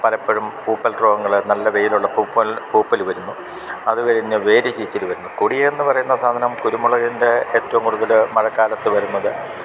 പലപ്പോഴും പൂപ്പൽ രോഗങ്ങൾ നല്ല വെയിൽ ഉള്ള പൂപ്പൽ പൂപ്പല് വര്ന്നു അത് കഴിഞ്ഞ് വേര്ശീച്ചിൽ വരുന്നു കൊടിയേന്ന് പറയുന്ന സാധനം കുരുമുളകിൻ്റെ ഏറ്റോം കൂടുതൽ മഴക്കാലത്ത് വരുന്നത്